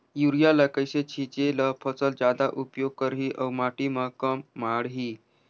Urea ल कइसे छीचे ल फसल जादा उपयोग करही अउ माटी म कम माढ़ही?